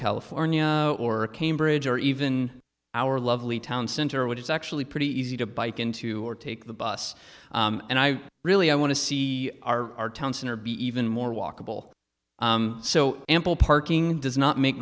california or cambridge or even our lovely town center which is actually pretty easy to bike into or take the bus and i really i want to see our town center be even more walkable so ample parking does not make